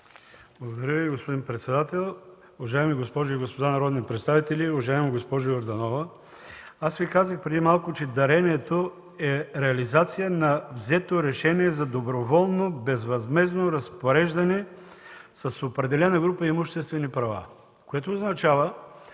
Благодаря Ви, господин председател. Уважаеми госпожи и господа народни представители, уважаема госпожо Йорданова, преди малко Ви казах, че дарението е реализация на взето решение за доброволно, безвъзмездно разпореждане с определена група имуществени права. Това означава,